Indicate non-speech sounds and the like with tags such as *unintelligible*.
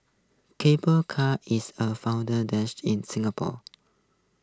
*unintelligible* car is A *unintelligible* dish in Singapore